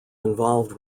involved